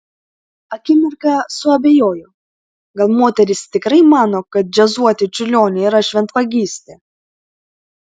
akimirką suabejojo gal moteris tikrai mano kad džiazuoti čiurlionį yra šventvagystė